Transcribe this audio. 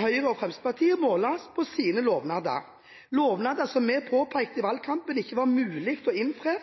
Høyre og Fremskrittspartiet, måles på sine lovnader – lovnader som vi i valgkampen påpekte